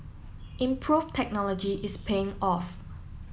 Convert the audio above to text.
improve technology is paying off